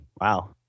wow